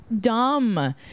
dumb